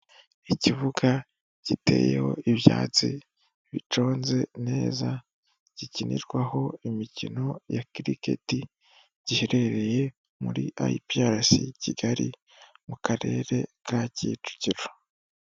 Ikibuga giteyeho ibyatsi biconze neza gikinirwaho imikino ya kiriketi giherereye muri Ayipiyarasi Kigali mu karere ka Kicukiro.